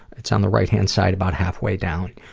it's on the right hand site about halfway down,